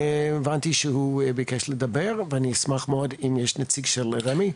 הבנתי שהוא ביקש לדבר ואני אשמח מאוד אם יש נציג של רמ"י.